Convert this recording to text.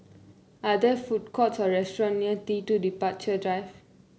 are there food courts or restaurants near T two Departure Drive